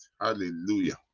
Hallelujah